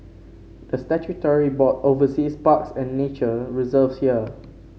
the statutory board oversees parks and nature reserves here